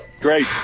great